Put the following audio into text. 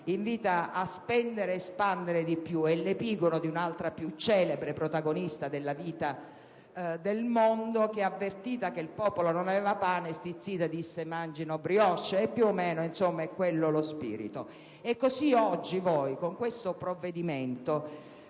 invita a spendere e spandere di più, diventando l'epigono di un'altra più celebre protagonista della vita del mondo che, avvertita che il popolo non aveva pane, stizzita disse: mangino *brioche*. Più o meno è quello lo spirito. Allo stesso modo voi oggi con questo provvedimento